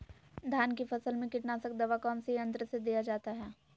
धान की फसल में कीटनाशक दवा कौन सी यंत्र से दिया जाता है?